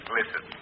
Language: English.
Listen